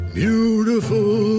beautiful